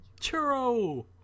Churro